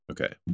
Okay